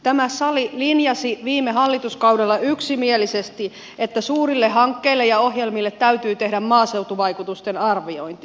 tämä sali linjasi viime hallituskaudella yksimielisesti että suurille hankkeille ja ohjelmille täytyy tehdä maaseutuvaikutusten arviointi